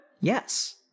Yes